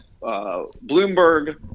Bloomberg